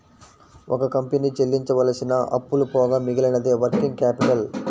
ఒక కంపెనీ చెల్లించవలసిన అప్పులు పోగా మిగిలినదే వర్కింగ్ క్యాపిటల్